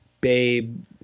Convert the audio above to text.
Babe